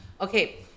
Okay